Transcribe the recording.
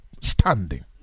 standing